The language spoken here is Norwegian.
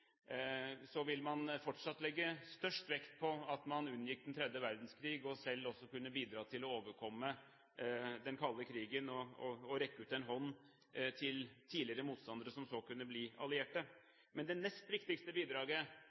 vil man fortsatt legge størst vekt på at man unngikk den tredje verdenskrig – og at man kunne bidra til å overkomme den kalde krigen, for så å rekke ut en hånd til tidligere motstandere, som så kunne bli allierte. Men det nest viktigste bidraget